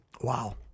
Wow